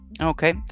Okay